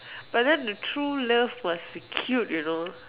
but then the true love must be cute you know